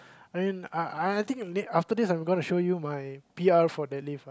I mean I I think after this I'm gonna show you my P_R for the lift ah